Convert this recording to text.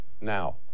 Now